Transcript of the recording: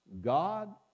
God